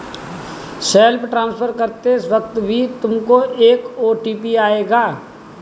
self transfer करते वक्त भी तुमको एक ओ.टी.पी आएगा